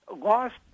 lost